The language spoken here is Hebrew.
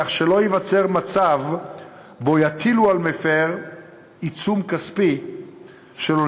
כך שלא ייווצר מצב שבו יטילו על מפר עיצום כספי שלא